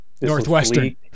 Northwestern